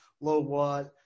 low-watt